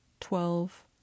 Twelve